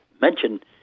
mention